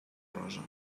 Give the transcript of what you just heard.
rosa